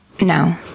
No